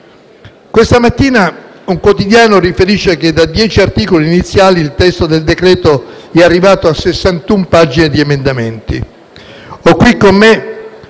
Questa mattina un quotidiano riferisce che dai dieci articoli iniziali il testo del provvedimento è arrivato a 61 pagine di emendamenti.